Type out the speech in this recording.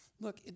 Look